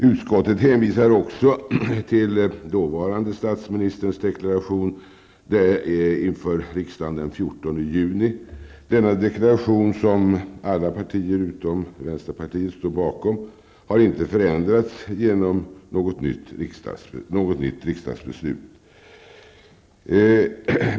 Utskottet hänvisar också till dåvarande statministerns deklaration inför riksdagen den 14 Denna deklaration, som alla partier utom vänsterpartiet står bakom, har inte förändrats genom något nytt riksdagsbeslut.